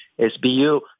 SBU